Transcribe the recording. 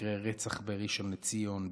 מקרי רצח בראשון לציון,